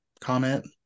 comment